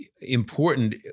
important